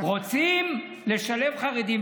רוצים לשלב חרדים,